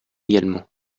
également